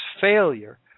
failure